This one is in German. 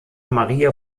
maria